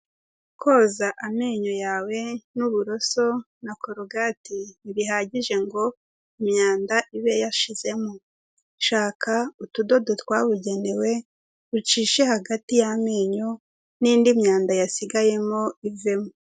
Koza amenyo yawe n'uburoso na korogati, ntibihagije ngo imyanda ibe yashizemo, shaka utudodo twabugenewe, ucishe hagati y'amenyo n'indi myanda yasigayemo ivemo.